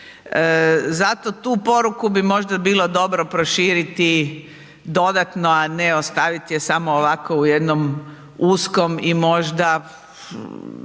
Zato tu poruku bi možda bilo dobro proširiti dodatno, a ne ostaviti je samo ovako u jednom uskom i možda